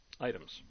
items